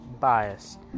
biased